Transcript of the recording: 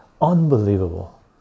unbelievable